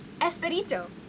Esperito